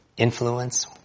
influence